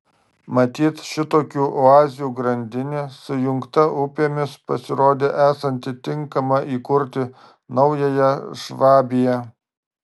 matyt šitokių oazių grandinė sujungta upėmis pasirodė esanti tinkama įkurti naująją švabiją